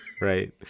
Right